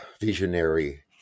visionary